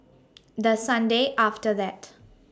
The Sunday after that